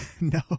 No